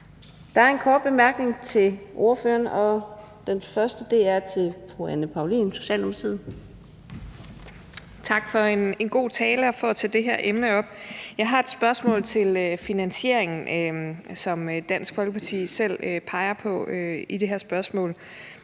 Der er en kort bemærkning til ordføreren fra fru Anne Paulin, Socialdemokratiet. Kl. 09:34 Anne Paulin (S): Tak for en god tale og for at tage det her emne op. Jeg har et spørgsmål til finansieringen, som Dansk Folkeparti selv peger på i det her spørgsmål.